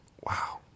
Wow